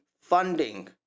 funding